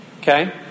Okay